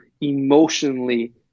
emotionally